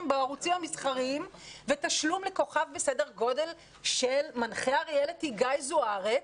בערוצים המסחריים ותשלום לכוכב בסדר גודל של מנחה הריאליטי גיא זוארץ,